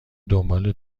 دنبال